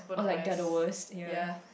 or like they're the worse ya